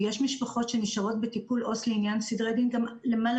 יש משפחות שנשארות בטיפול עובד סוציאלי לעניין סדרי דין גם למעלה